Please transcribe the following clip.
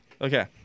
Okay